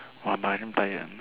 !wah! my hand tired leh